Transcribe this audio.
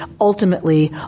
ultimately